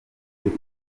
kose